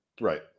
Right